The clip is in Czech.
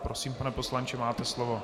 Prosím, pane poslanče, máte slovo.